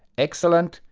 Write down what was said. excellent,